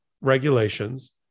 regulations